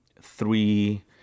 three